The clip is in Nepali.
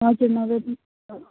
हजुर म वेडिङ प्लानर हो